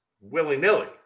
willy-nilly